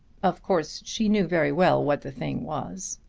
of course she knew very well what the thing was.